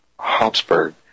Habsburg